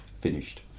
finished